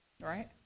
right